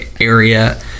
area